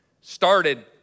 started